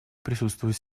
присутствует